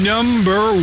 Number